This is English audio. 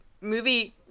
movie